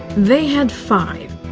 they had five.